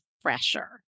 fresher